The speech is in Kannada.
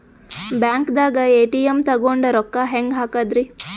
ಬ್ಯಾಂಕ್ದಾಗ ಎ.ಟಿ.ಎಂ ತಗೊಂಡ್ ರೊಕ್ಕ ಹೆಂಗ್ ಹಾಕದ್ರಿ?